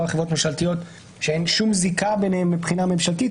על חברות ממשלתיות שאין שום זיקה ביניהן מבחינה ממשלתית,